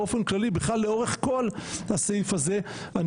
באופן כללי בכלל לאורך כל הסעיף הזה אני